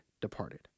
departed